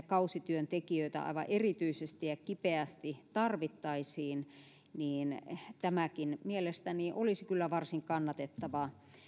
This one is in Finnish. kausityöntekijöitä aivan erityisesti ja kipeästi tarvittaisiin olisi tämäkin mielestäni kyllä varsin kannatettava